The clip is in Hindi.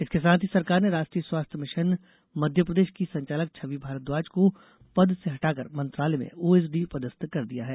इसके साथ ही सरकार ने राष्ट्रीय स्वास्थ्य मिशन मध्य प्रदेश की संचालक छवि भारद्वाज को पद से हटाकर मंत्रालय में ओएसडी पदस्थ कर दिया है